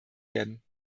werden